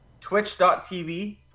twitch.tv